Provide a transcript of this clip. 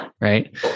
Right